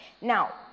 Now